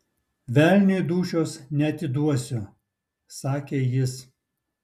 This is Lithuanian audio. velniui dūšios neatiduosiu sakė jis